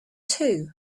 too